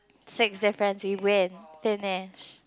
sixth difference we win finish